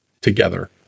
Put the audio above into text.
together